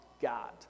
God